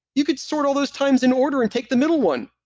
you can sort all those times in order and take the middle one.